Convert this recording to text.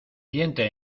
diente